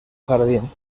jardín